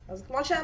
כמו שאמרתי,